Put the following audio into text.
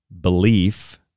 Belief